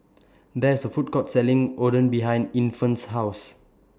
There IS A Food Court Selling Oden behind Infant's House